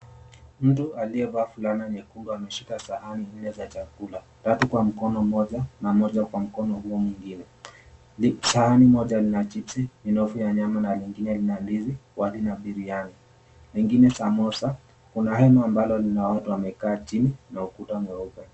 Mtu aliyevaa fulana nyekundu ameshika sahani nne za chakula, Tatu kwa mkono mmoja na moja kwa mkono huo mwingine Sahani moja lina chipsi, minofu ya nyama na lingine lina ndizi, wali na biryani, lingine samosa. Kuna hema ambalo lina watu wamekaa chini na ukuta mweupe.